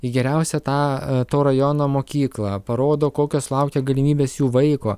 į geriausią tą to rajono mokyklą parodo kokios laukia galimybės jų vaiko